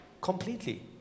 completely